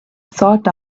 sought